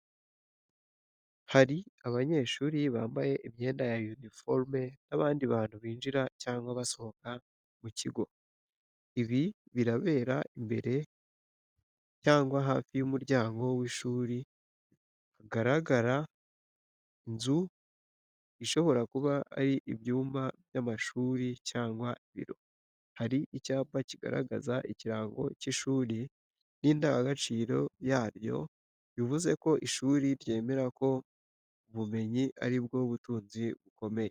Hari abanyeshuri bambaye imyenda ya uniforme n’abandi bantu binjira cyangwa basohoka mu kigo. Ibi birabera imbere cyangwa hafi y’umuryango w’ishuri, hagaragara inzu zishobora kuba ari ibyumba by’amashuri cyangwa ibiro. Hari icyapa kigaragaza ikirango cy’ishuri n’indangagaciro yaryo bivuze ko ishuri ryemera ko ubumenyi ari bwo butunzi bukomeye.